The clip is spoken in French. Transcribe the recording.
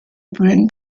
pollen